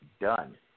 done